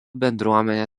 bendruomenė